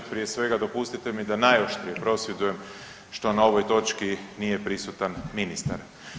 Prije svega dopustite mi da najoštrije prosvjedujem što na ovoj točki nije prisutan ministar.